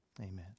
amen